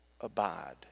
abide